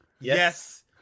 Yes